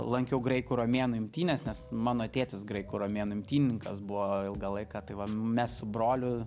lankiau graikų romėnų imtynes nes mano tėtis graikų romėnų imtynininkas buvo ilgą laiką tai va mes su broliu